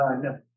No